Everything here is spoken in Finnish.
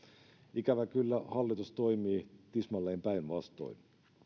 ikävä kyllä hallitus toimii tismalleen päinvastoin